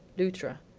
luttra,